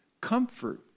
Comfort